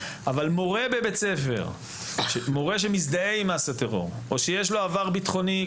אבל מורה בבית ספר שמזדהה עם מעשה טרור או שיש לו עבר ביטחוני,